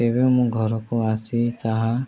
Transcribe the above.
ଏବେ ମୁଁ ଘରକୁ ଆସି ଚାହା